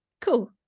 cool